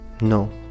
no